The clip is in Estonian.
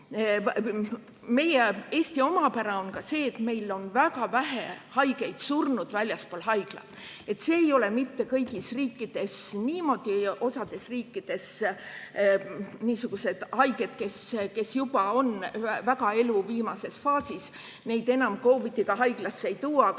Eesti omapära on ka see, et meil on väga vähe haigeid surnud väljaspool haiglat. See ei ole mitte kõigis riikides niimoodi. Osas riikides niisuguseid haigeid, kes on juba väga elu viimases faasis, enam COVID-iga haiglasse tooda.